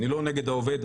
אני לא נגד העובד,